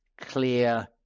clear